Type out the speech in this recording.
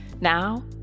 now